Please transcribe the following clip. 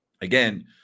Again